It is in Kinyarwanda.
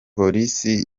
polisi